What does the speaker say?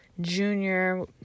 junior